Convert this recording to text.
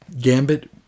Gambit